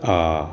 आ